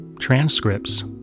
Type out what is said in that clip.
transcripts